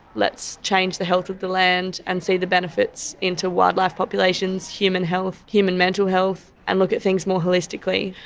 let's change the health of the land and see the benefits into wildlife populations, human health, human mental health and look at things more holistically.